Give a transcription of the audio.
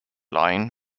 line